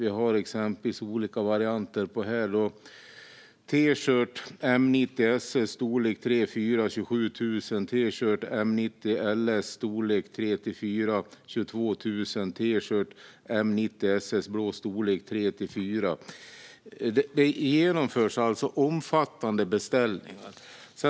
Vi har exempelvis olika varianter av t-shirt: 27 000 t-shirt M 90 LS storlek 3-4, M/90 SS blå storlek 3-4. Det genomförs alltså omfattande beställningar.